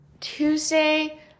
Tuesday